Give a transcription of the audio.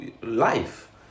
life